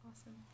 Awesome